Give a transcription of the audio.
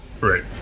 Right